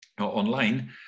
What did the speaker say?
online